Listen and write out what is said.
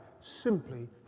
simply